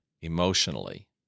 emotionally